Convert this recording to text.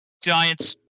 Giants